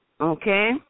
Okay